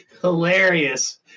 hilarious